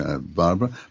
Barbara